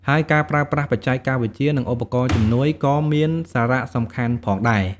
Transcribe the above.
ហើយការប្រើប្រាស់បច្ចេកវិទ្យា និងឧបករណ៍ជំនួយ ក៏មានសារៈសំខាន់ផងដែរ។